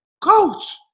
Coach